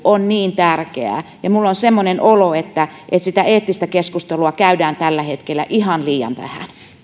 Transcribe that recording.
on niin tärkeää ja minulla on semmoinen olo että sitä eettistä keskustelua käydään tällä hetkellä ihan liian